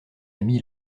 ami